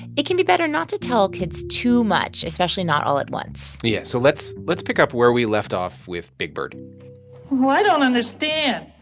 it can be better not to tell kids too much, especially not all at once yeah. so let's let's pick up where we left off with big bird well, i don't understand.